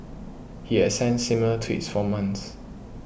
he had sent similar tweets for months